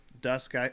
Dusk